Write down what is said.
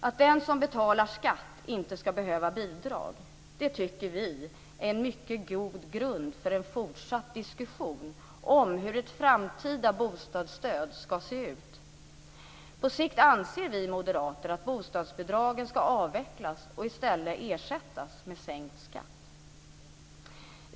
Att den som betalar skatt inte ska behöva bidrag tycker vi är en mycket god grund för en fortsatt diskussion om hur ett framtida bostadsstöd ska se ut. På sikt anser vi moderater att bostadsbidragen ska avvecklas och i stället ersättas med sänkt skatt.